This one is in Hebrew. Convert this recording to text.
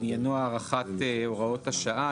עניינו הארכת הוראות השעה.